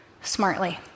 smartly